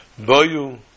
Boyu